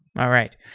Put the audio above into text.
all right.